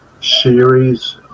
series